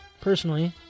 personally